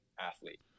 athlete